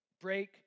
Break